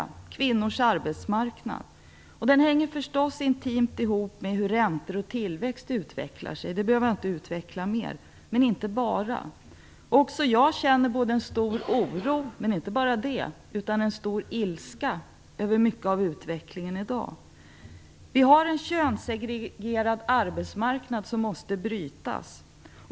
Det gäller kvinnors arbetsmarknad. Detta hänger förstås intimt ihop med hur räntor och tillväxt utvecklas - det behöver jag inte gå närmare in på nu - men inte bara det. Också jag känner både en stor oro och en stor ilska över mycket av utvecklingen i dag. Vi har en könssegregering på arbetsmarknaden som måste brytas.